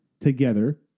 together